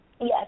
yes